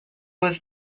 was